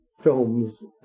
films